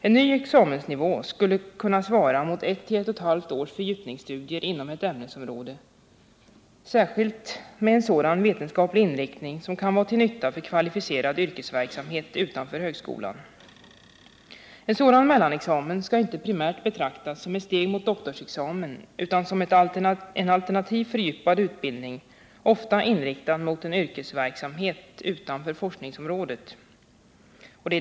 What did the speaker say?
En ny examensnivå skulle kunna svara mot 1-1 1/2 års fördjupningsstudier inom ett ämnesområde, särskilt med en sådan vetenskaplig inriktning som kan vara till nytta för kvalificerad yrkesverksamhet utanför högskolan. En sådan mellanexamen skall inte primärt betraktas som ett steg mot doktorsexamen, utan som en alternativ, fördjupad utbildning, ofta inriktad mot en yrkesverksamhet utanför forskningsområdet.